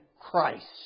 Christ